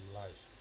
life